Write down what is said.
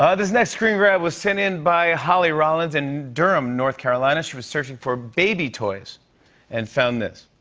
ah this next screen grab was sent in by holly rollins in durham, north carolina. she was searching for baby toys and found this.